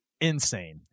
insane